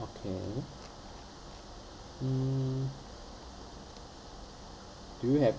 okay mm do you have